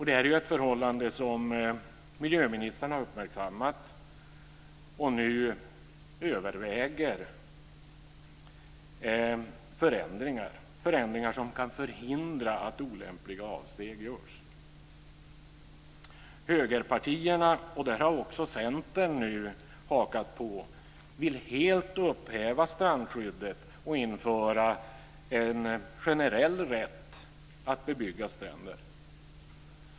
Det är ett förhållande som miljöministern har uppmärksammat, och nu överväger han förändringar som kan förhindra att olämpliga avsteg görs. Högerpartierna - där har också Centern hakat på - vill helt upphäva strandskyddet och införa en generell rätt att bebygga stränder.